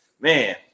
man